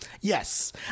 yes